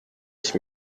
ich